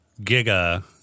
giga